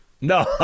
No